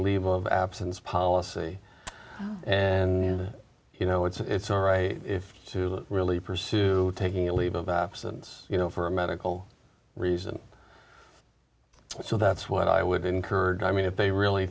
leave of absence policy and you know it's all right if to really pursue taking a leave of absence you know for a medical reason so that's what i would encourage i mean if they really